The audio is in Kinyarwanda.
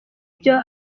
byo